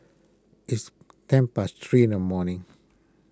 its ten past three in the morning